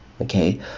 okay